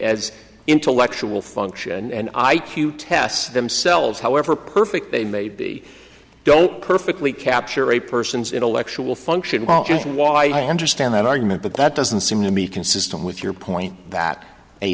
as intellectual function and i q tests themselves however perfect they may be don't perfectly capture a person's intellectual function just why have to stand that argument but that doesn't seem to me consistent with your point that a